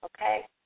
okay